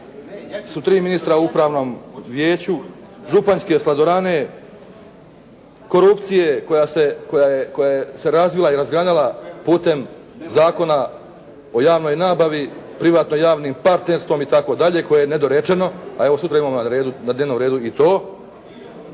su tri ministra u upravnom vijeću, županjske "Sladorane", korupcije koja se razvila i razgranala putem Zakona o javnoj nabavi, privatno-javnom partnerstvu itd. koje je nedorečeno, a evo sutra imamo na dnevnom redu i to,